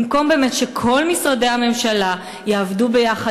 במקום שבאמת כל משרדי הממשלה יעבדו ביחד,